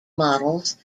models